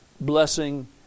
blessing